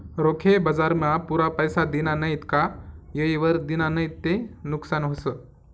रोखे बजारमा पुरा पैसा दिना नैत का येयवर दिना नैत ते नुकसान व्हस